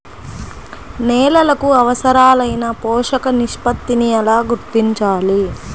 నేలలకు అవసరాలైన పోషక నిష్పత్తిని ఎలా గుర్తించాలి?